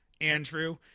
andrew